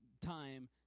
time